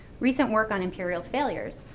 recent work on imperial failures,